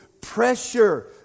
pressure